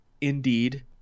indeed